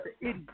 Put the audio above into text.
idiot